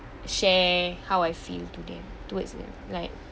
share how I feel to them towards them like